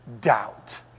Doubt